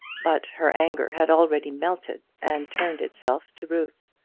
but her anger had already melted and turned itself to ruth.